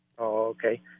Okay